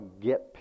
get